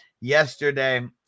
yesterday